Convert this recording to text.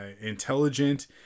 intelligent